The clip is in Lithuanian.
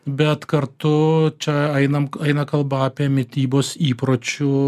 bet kartu čia einam eina kalba apie mitybos įpročių